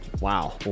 Wow